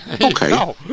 Okay